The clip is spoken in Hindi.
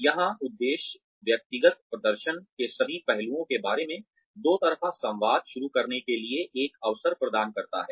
यहाँ उद्देश्य व्यक्तिगत प्रदर्शन के सभी पहलुओं के बारे में दो तरफा संवाद शुरू करने के लिए एक अवसर प्रदान करना है